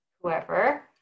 whoever